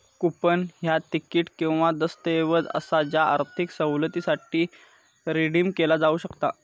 coupon ह्या ticket किंवा दस्तऐवज असा ज्या आर्थिक सवलतीसाठी रिडीम केला जाऊ शकता